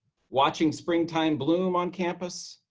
watching springtime bloom on campus,